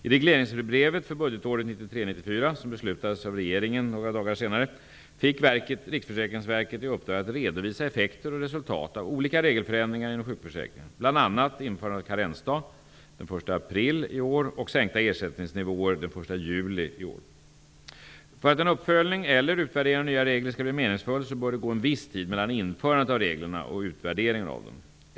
I regleringsbrevet för budgetåret 1993/94, som beslutades av regeringen några dagar senare, fick Riksförsäkringsverket i uppdrag att redovisa effekter och resultat av olika regelförändringar inom sjukförsäkringen, bl.a. För att en uppföljning eller utvärdering av nya regler skall bli meningsfull bör det gå en viss tid mellan införandet av reglerna och utvärderingen av dem.